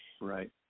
Right